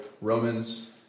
Romans